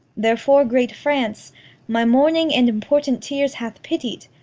therefore great france my mourning and important tears hath pitied.